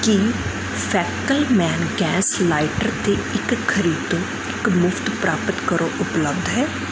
ਕੀ ਫੈਕਲਮੈਨ gas lighter 'ਤੇ ਇੱਕ ਖਰੀਦੋ ਇੱਕ ਮੁਫ਼ਤ ਪ੍ਰਾਪਤ ਕਰੋ ਉਪਲੱਬਧ ਹੈ